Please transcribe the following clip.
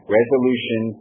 resolution